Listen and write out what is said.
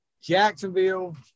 Jacksonville